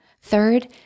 Third